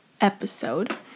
episode